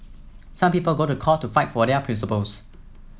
some people go to court to fight for their principles